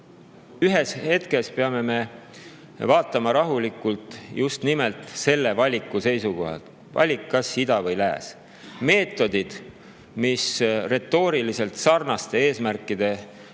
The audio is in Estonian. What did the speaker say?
ühel hetkel peame me vaatama rahulikult just nimelt selle valiku seisukohalt: valik, kas ida või lääs. Meetodid, mida retooriliselt sarnaste eesmärkide täitmiseks